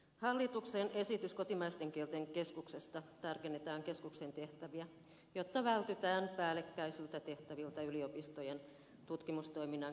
hallituksen esityksessä kotimaisten kielten keskuksesta tarkennetaan keskuksen tehtäviä jotta vältytään päällekkäisiltä tehtäviltä yliopistojen tutkimustoiminnan kanssa